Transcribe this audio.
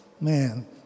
man